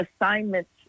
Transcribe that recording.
assignments